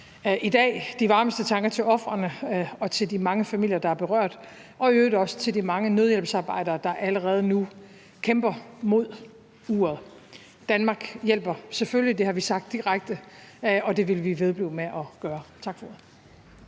i dag de varmeste tanker til ofrene og til de mange familier, der er berørt, og i øvrigt også til de mange nødhjælpsarbejdere, der allerede nu kæmper mod uret. Danmark hjælper selvfølgelig. Det har vi sagt direkte, og det vil vi vedblive med at gøre. Tak for ordet.